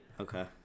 okay